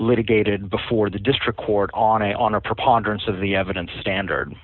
litigated before the district court on a on a preponderance of the evidence standard